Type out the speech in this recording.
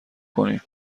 کنین